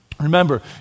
Remember